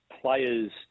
players